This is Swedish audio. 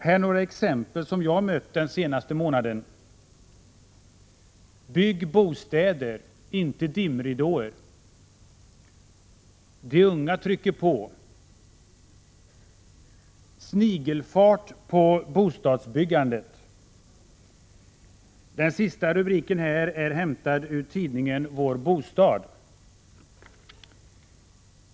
Här några exempel som jag mött den senaste månaden: ”Bygg bostäder — inte dimridåer” ”De unga trycker på” ”Snigelfart på bostadsbyggandet” Den sista rubriken är hämtad ur tidningen Vår Bostad.